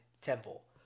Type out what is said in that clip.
temple